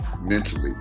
mentally